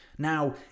Now